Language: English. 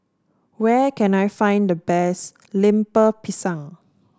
where can I find the best Lemper Pisang